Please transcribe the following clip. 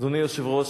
אדוני היושב-ראש,